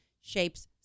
shapes